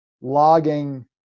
logging